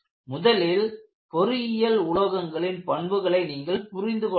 முதலில் பொறியியல் உலோகங்களின் பண்புகளை நீங்கள் புரிந்துகொள்ள வேண்டும்